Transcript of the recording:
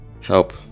help